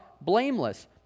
blameless